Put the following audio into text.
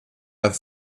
der